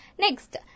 Next